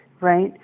right